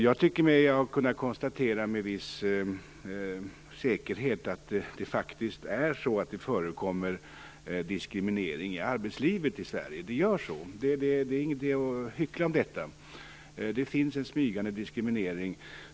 Jag tycker mig ha kunnat konstatera med viss säkerhet att det faktiskt förekommer diskriminering i arbetslivet i Sverige. Det gör det; det är ingen idé att hyckla om detta. Det finns en smygande diskriminering.